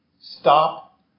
stop